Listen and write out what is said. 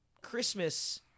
Christmas –